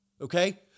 okay